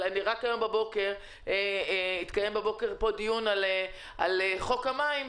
רק הבוקר התקיים פה דיון על חוק המים.